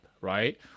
Right